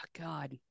God